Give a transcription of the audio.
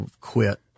quit